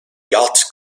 yacht